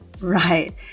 Right